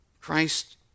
Christ